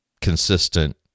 consistent